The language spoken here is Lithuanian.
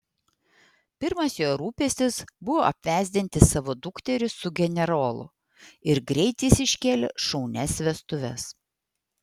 pirmas jo rūpestis buvo apvesdinti savo dukterį su generolu ir greit jis iškėlė šaunias vestuves